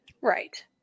Right